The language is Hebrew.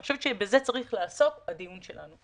אני חושבת שבזה צריך לעסוק הדיון שלנו.